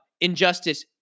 injustice